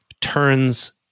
turns